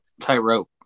tightrope